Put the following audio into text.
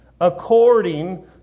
according